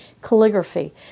calligraphy